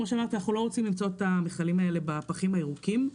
כמו שאמרתי אנחנו לא רוצים למצוא את המכלים האלה בפחים הירוקים.